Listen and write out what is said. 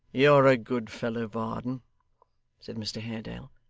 you're a good fellow, varden said mr haredale,